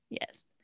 Yes